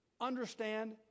understand